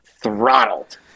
throttled